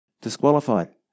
Disqualified